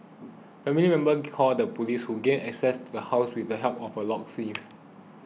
family members called the police who gained access to the house with the help of a locksmith